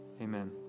Amen